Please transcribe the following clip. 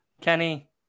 Kenny